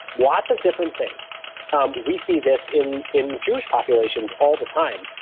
lots of different things um we see this in in jewish populations all the time,